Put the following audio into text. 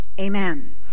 Amen